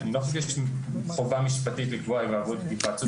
אני לא חושב שיש חובה משפטית לקבוע היוועצות גם כאן.